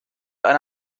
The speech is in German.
eine